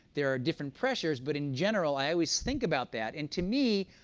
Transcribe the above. there are different pressures. but in general, i always think about that, and to me,